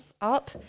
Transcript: up